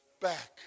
back